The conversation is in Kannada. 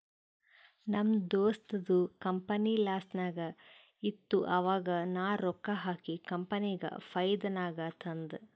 ನಮ್ ದೋಸ್ತದು ಕಂಪನಿ ಲಾಸ್ನಾಗ್ ಇತ್ತು ಆವಾಗ ನಾ ರೊಕ್ಕಾ ಹಾಕಿ ಕಂಪನಿಗ ಫೈದಾ ನಾಗ್ ತಂದ್